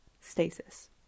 Stasis